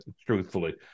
truthfully